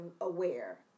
aware